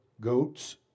goats